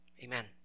amen